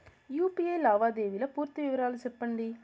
UPI లావాదేవీల పూర్తి వివరాలు సెప్పండి?